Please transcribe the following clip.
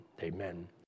Amen